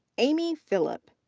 amy phillip.